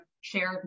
shared